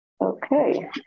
okay